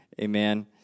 Amen